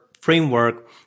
framework